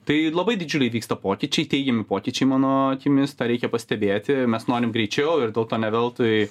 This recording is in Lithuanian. tai labai didžiuliai vyksta pokyčiai teigiami pokyčiai mano akimis tą reikia pastebėti mes norim greičiau ir dėl to ne veltui